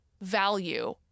value